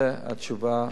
זו התשובה,